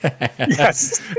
Yes